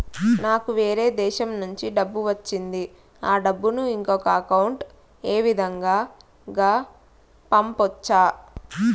నాకు వేరే దేశము నుంచి డబ్బు వచ్చింది ఆ డబ్బును ఇంకొక అకౌంట్ ఏ విధంగా గ పంపొచ్చా?